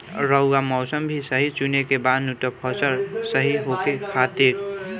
रऊआ मौसम भी सही चुने के बा नु फसल सही होखे खातिर